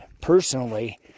personally